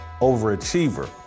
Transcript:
overachiever